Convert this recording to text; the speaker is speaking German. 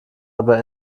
aber